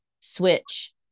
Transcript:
switch